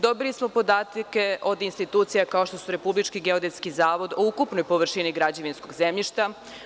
Dobili smo podatke od institucija, kao što su Republički geodetski zavod o ukupnoj površini građevinskog zemljišta.